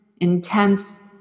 intense